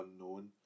unknown